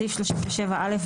בסעיף 37(א),